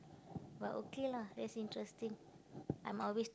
but okay lah that's interesting I'm always